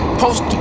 post